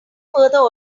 further